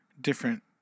different